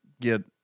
get